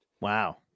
Wow